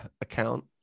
account